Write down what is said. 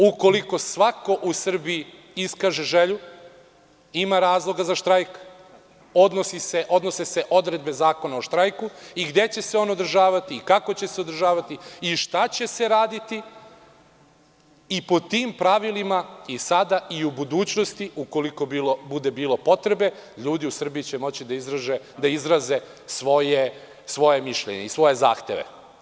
Ukoliko svako u Srbiji iskaže želju i ima razloga za štrajk, odnose se odredbe Zakona o štrajku, i gde će se on održavati, kako će se održavati i šta će se raditi, i po tim pravilima i sada i u budućnosti, ukoliko bude bilo potrebe, ljudi u Srbiji će moći da izraze svoje mišljenje i svoje zahteve.